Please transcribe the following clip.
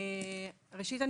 ראשית,